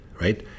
right